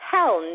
Hell